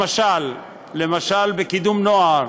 למשל בקידום נוער,